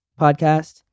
podcast